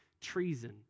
treason